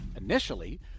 initially